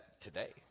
today